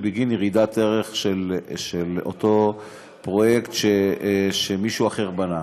בגין ירידת ערך בשל אותו פרויקט שמישהו אחר בנה.